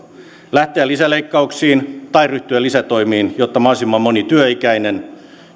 lähteä lisäleikkauksiin tai ryhtyä lisätoimin jotta mahdollisimman moni työikäinen